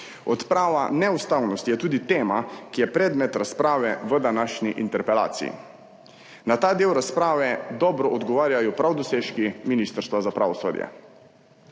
Odprava neustavnosti je tudi tema, ki je predmet razprave v današnji interpelaciji. Na ta del razprave dobro odgovarjajo prav dosežki Ministrstva za pravosodje.